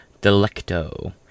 Delecto